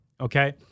okay